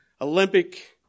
Olympic